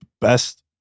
best